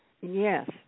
Yes